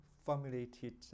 formulated